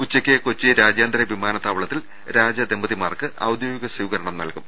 ഉച്ചയ്ക്ക് കൊച്ചി രാജ്യാന്തര വിമാനത്താവളത്തിൽ രാജ ദമ്പതിമാർക്ക് ഔദ്യോഗിക സ്വീകരണം നൽകും